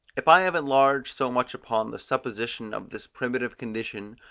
if i have enlarged so much upon the supposition of this primitive condition,